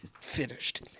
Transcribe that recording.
Finished